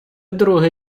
друге